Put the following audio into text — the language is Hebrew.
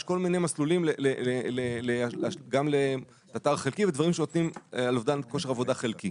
יש כל מיני מסלולים לאובדן כושר עבודה חלקי.